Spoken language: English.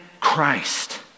Christ